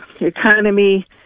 economy